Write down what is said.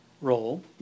role